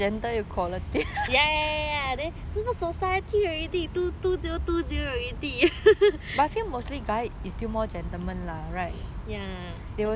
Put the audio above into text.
ya ya ya then 什么 society already two two zero two zero already ya